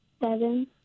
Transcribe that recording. Seven